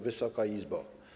Wysoka Izbo!